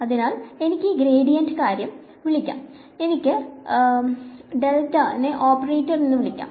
അതിനാൽ എനിക്ക് ഈ ഗ്രേഡിയന്റ് കാര്യം വിളിക്കാം എനിക്ക് നേ ഓപ്പറേറ്റർ എന്ന് വിളിക്കാം